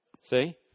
See